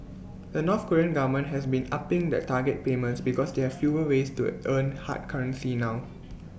the north Korean government has been upping the target payments because they have fewer ways to earn hard currency now